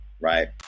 right